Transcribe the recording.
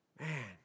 man